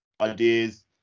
ideas